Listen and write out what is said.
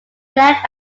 rec